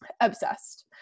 obsessed